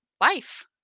life